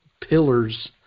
pillars